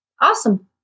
awesome